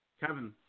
Kevin